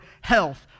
health